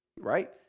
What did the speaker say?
Right